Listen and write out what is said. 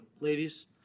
ladies